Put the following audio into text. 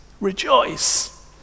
rejoice